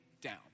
down